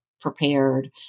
prepared